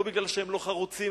לא בגלל שהם לא חרוצים,